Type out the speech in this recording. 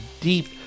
deep